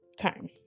time